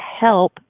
help